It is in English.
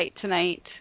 tonight